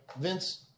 Vince